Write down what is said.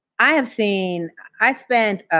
i have seen i spent,